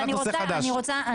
אני חושב שזה חלק מהבעיה.